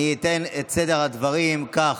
אתן את סדר הדברים כך: